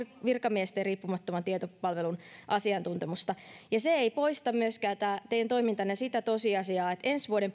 virkamiesten riippumattoman tietopalvelun asiantuntemusta tämä teidän toimintanne ei poista myöskään sitä tosiasiaa että kun tarkastellaan ensi vuoden